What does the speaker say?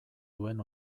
duen